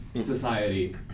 society